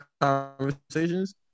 conversations